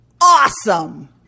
awesome